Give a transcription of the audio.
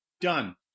done